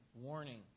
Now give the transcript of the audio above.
warning